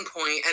point